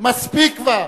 מספיק כבר.